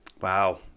wow